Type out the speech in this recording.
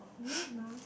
is it no